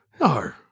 No